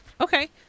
okay